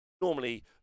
normally